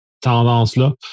tendance-là